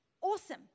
Awesome